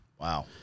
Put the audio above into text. Wow